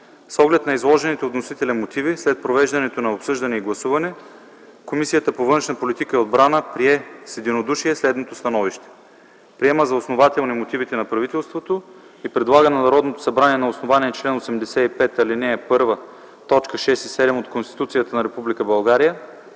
С оглед на изложените от вносителя мотиви, след провеждането на обсъждане и гласуване, Комисията по външна политика и отбрана прие с единодушие следното становище: Приема за основателни мотивите на правителството и предлага на Народното събрание на основание чл. 85, ал.1, т. 6 и 7 от Конституцията на